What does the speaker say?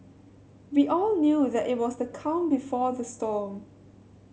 we all knew that it was the calm before the storm